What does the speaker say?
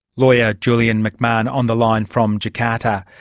lawyer julian mcmahon on the line from jakarta.